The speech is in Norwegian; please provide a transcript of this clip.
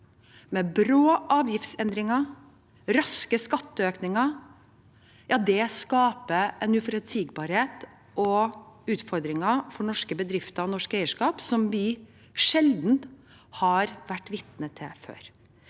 med brå avgiftsendringer og raske skatteøkninger, skaper uforutsigbarhet og utfordringer for norske bedrifter og norsk eierskap som vi sjelden har vært vitne til før.